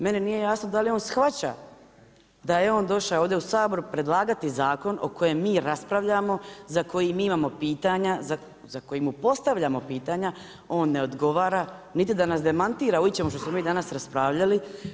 Meni nije jasno da li on shvaća da je on došao ovdje u Sabor predlagati zakon o kojem mi raspravljamo, za koji mi imamo pitanja, za koji mu postavljamo pitanja, on ne odgovara, niti da nas demantira u ičemu što smo mi danas raspravljali.